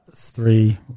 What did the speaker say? three